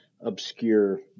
obscure